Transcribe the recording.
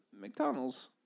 McDonald's